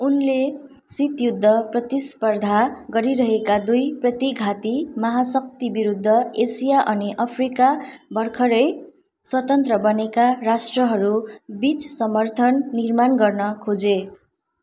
उनले शीतयुद्ध प्रतिस्पर्धा गरिरहेका दुई प्रतिघाती महाशक्तिविरूद्ध एसिया अनि अफ्रिका भर्खरै स्वतन्त्र बनेका राष्ट्रहरूबिच समर्थन निर्माण गर्न खोजे